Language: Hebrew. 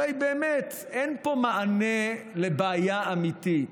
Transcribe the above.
הרי באמת, אין פה מענה על בעיה אמיתית.